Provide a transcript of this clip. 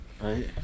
Right